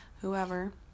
whoever